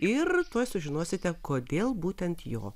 ir tuoj sužinosite kodėl būtent jo